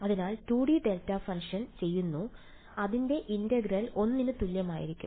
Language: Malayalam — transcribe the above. അതിനാൽ 2 D ഡെൽറ്റ ഫംഗ്ഷൻ ചെയ്യുന്നു അതിനാൽ അതിന്റെ ഇന്റഗ്രൽ 1 ന് തുല്യമായിരിക്കും